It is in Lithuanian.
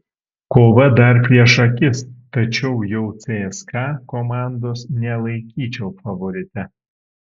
kova dar prieš akis tačiau jau cska komandos nelaikyčiau favorite